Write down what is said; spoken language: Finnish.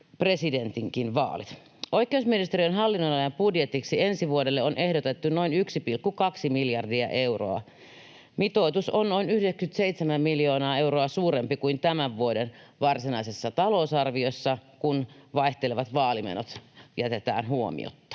presidentin vaalitkin. Oikeusministeriön hallinnonalan budjetiksi ensi vuodelle on ehdotettu noin 1,2 miljardia euroa. Mitoitus on noin 97 miljoonaa euroa suurempi kuin tämän vuoden varsinaisessa talousarviossa, kun vaihtelevat vaalimenot jätetään huomiotta.